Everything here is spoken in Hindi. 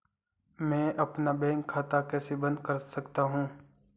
मैं अपना बैंक खाता कैसे बंद कर सकता हूँ?